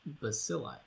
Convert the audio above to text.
bacilli